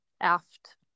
aft